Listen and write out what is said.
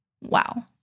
wow